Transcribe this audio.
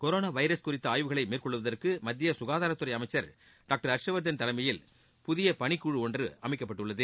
corona virus குறித்து ஆய்வுகளை மேற்கொள்வதற்கு மத்திய சுகாதாரத்துறை அமைச்சர் டாக்டர் ஹர்ஷ்வர்தன் தலைமயில் புதிய பணிக்குழு ஒன்றை அமைக்கப்பட்டுள்ளது